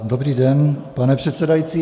Dobrý den, pane předsedající.